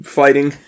fighting